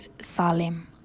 Salim